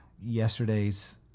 yesterday's